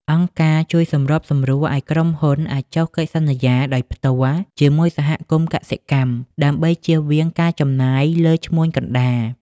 អង្គការជួយសម្របសម្រួលឱ្យក្រុមហ៊ុនអាចចុះកិច្ចសន្យាដោយផ្ទាល់ជាមួយសហគមន៍កសិកម្ម ដើម្បីជៀសវាងការចំណាយលើឈ្មួញកណ្ដាល។